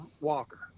walker